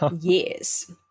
yes